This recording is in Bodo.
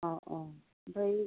अह अह ओमफ्राय